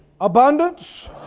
abundance